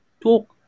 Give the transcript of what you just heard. Talk